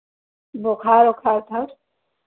बुखार वुखार था